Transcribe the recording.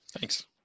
Thanks